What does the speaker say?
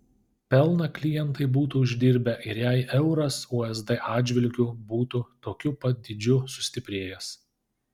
pelną klientai būtų uždirbę ir jei euras usd atžvilgiu būtų tokiu pat dydžiu sustiprėjęs